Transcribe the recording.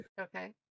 Okay